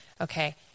okay